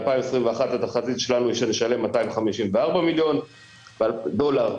ב-2021 התחזית שלנו היא שנשלם 254 מיליון דולר,